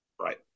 Right